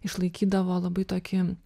išlaikydavo labai tokį